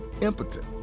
impotent